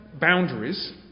boundaries